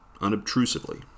unobtrusively